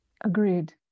Agreed